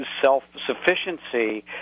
self-sufficiency